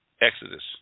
Exodus